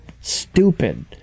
Stupid